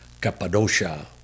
Cappadocia